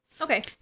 Okay